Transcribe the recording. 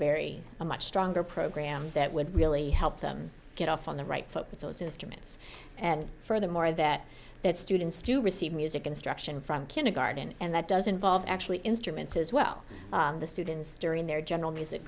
very a much stronger program that would really help them get off on the right foot with those instruments and furthermore that that students do receive music instruction from kindergarten and that does involve actually instruments as well the students during their general music